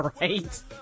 Right